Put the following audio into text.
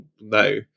no